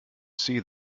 see